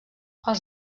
els